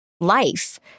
life